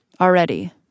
Already